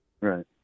Right